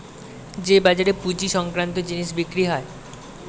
যে বাজারে পুঁজি সংক্রান্ত জিনিস বিক্রি হয়